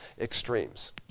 extremes